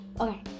Okay